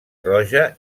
roja